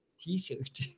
T-shirt